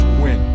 win